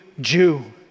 Jew